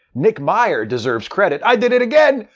nick meyer deserves credit i did it again!